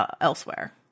elsewhere